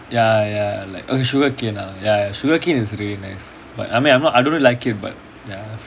I read ya ya like oh sugarcane ah ya ya sugarcane is really nice but I mean I'm not I don't really like it but ya